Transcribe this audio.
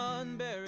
unburied